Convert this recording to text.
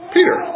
Peter